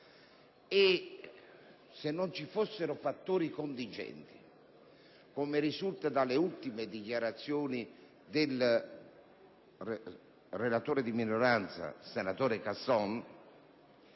Ci sono infatti fattori contingenti, come risulta dalle ultime dichiarazioni del relatore di minoranza, senatore Casson,